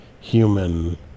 human